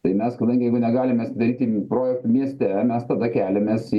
tai mes jeigu negalim mes daryti projektų mieste mes tada keliamės į